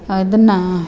ಅದನ್ನು